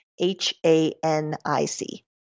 H-A-N-I-C